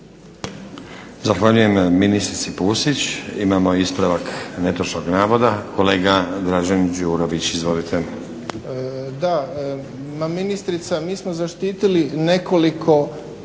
Zahvaljujem ministrici Pusić. Imamo ispravak netočnog navoda. Kolega Dražen Đurović, izvolite. **Đurović, Dražen (HDSSB)** Da, ministrica, mi smo zaštitili nekoliko